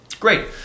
Great